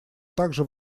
также